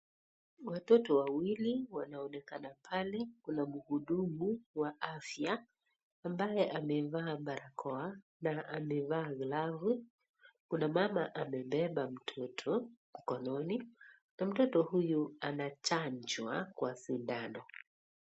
Watoto wawili wanaonekana pale kuna mhudumu wa afya ambaye amevaa barakoa na ame vaa glavu kuna mama amebeba mtoto mkononi na mtoto huyu anachanjwa kwa sindano.